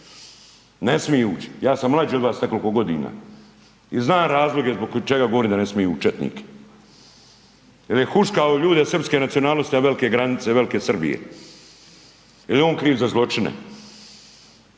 Ne smije ući. Ja sam mlađi od vas nekoliko godina i znam razloge zbog čega govorim da ne smije ući četnik. Jer je huškao ljude srpske nacionalnosti na velike granice i velike Srbije. Jer je on kriv za zločine.